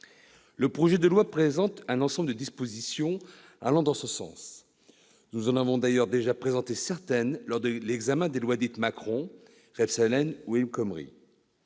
Le projet de loi présente un ensemble de dispositions allant dans ce sens. Nous en avons d'ailleurs déjà présenté certaines lors de l'examen des lois Macron, Rebsamen ou El Khomri.